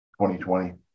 2020